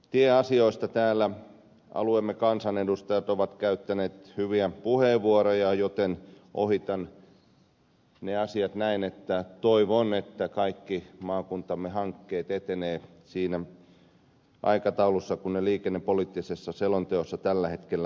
tieasioista alueemme kansanedustajat ovat käyttäneet hyviä puheenvuoroja joten ohitan ne asiat näin että toivon että kaikki maakuntamme hankkeet etenevät siinä aikataulussa kuin ne liikennepoliittisessa selonteossa tällä hetkellä ovat